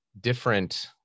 different